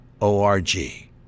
o-r-g